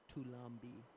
Tulambi